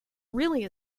really